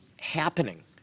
happening